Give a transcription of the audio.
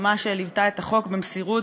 שממש ליוותה את החוק במסירות,